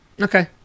Okay